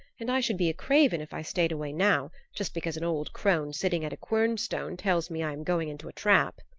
and i should be a craven if i stayed away now, just because an old crone sitting at a quernstone tells me i am going into a trap.